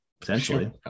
Potentially